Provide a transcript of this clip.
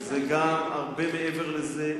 זה גם הרבה מעבר לזה,